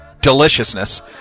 deliciousness